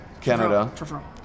Canada